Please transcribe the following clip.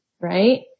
right